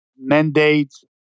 mandates